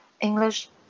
English